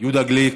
יהודה גליק,